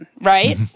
right